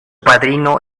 padrino